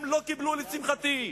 הם לא קיבלו, לשמחתי,